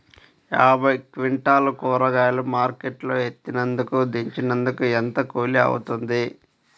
యాభై క్వింటాలు కూరగాయలు మార్కెట్ లో ఎత్తినందుకు, దించినందుకు ఏంత కూలి అవుతుంది?